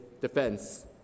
defense